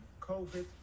COVID